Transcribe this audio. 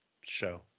show